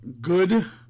good